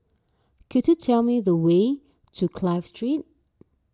could you tell me the way to Clive Street